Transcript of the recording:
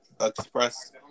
express